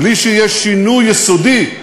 בלי שיהיה שינוי יסודי.